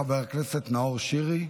חבר הכנסת נאור שירי,